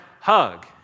hug